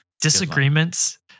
disagreements